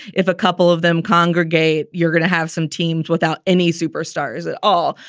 if a couple of them congregate, you're going to have some teams without any superstars at all,